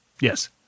Yes